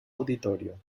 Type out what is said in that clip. auditorio